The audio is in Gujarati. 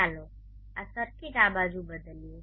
ચાલો આ સર્કિટ આ બાજુ બદલીએ